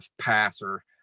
passer